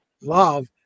love